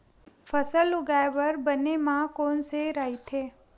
फसल उगाये बर बने माह कोन से राइथे?